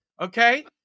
Okay